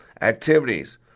activities